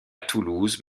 toulouse